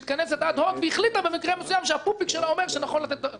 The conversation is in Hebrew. אד הוק והחליטה שהפופיק שלה אומר שנכון לתת פטור ממכרז.